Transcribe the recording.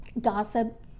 gossip